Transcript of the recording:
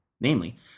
Namely